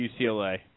UCLA